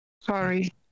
Sorry